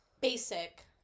Basic